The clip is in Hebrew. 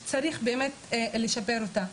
שצריך לשפר אותה.